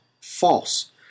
false